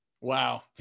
Wow